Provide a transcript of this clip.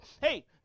hey